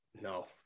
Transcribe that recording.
no